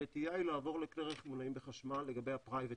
הנטייה היא לעבור לכלי רכב מונעים בחשמל לגבי הפרייבטים,